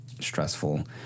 stressful